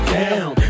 down